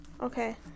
Okay